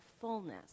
fullness